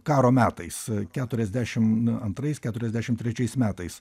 karo metais keturiasdešim antrais keturiasdešim trečiais metais